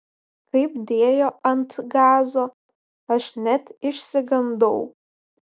kaip dėjo ant gazo aš net išsigandau